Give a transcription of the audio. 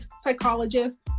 psychologist